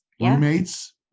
Roommates